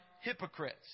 hypocrites